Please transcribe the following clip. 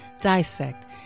dissect